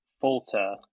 falter